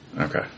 Okay